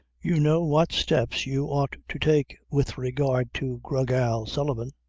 you know what steps you ought to take with regard to gra gal sullivan.